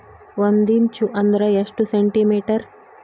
ಒಂದಿಂಚು ಅಂದ್ರ ಎಷ್ಟು ಸೆಂಟಿಮೇಟರ್?